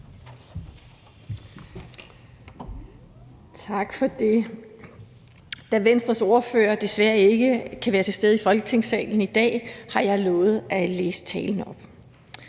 Tak for det. Da Venstres ordfører desværre ikke kan være til stede i Folketingssalen i dag, har jeg lovet at læse talen op.